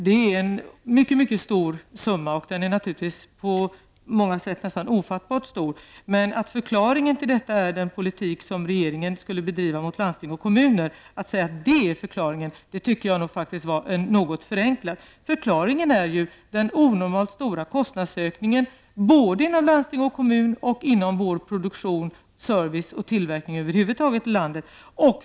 Det är en oerhört stor summa -- på många sätt är den nästan ofattbart stor. Men att säga att förklaringen till detta skulle vara den politik som regeringen bedriver gentemot landsting och kommuner tycker jag faktiskt är att något förenkla det hela. Förklaringen är ju den onormalt stora kostnadsökningen inom landsting och kommuner samt inom produktion, service och tillverkning över huvud taget i landet.